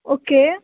okay